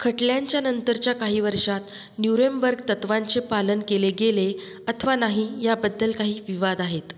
खटल्यांच्या नंतरच्या काही वर्षांत न्यूरेमबर्ग तत्त्वांचे पालन केले गेले अथवा नाही याबद्दल काही विवाद आहेत